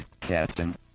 Captain